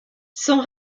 son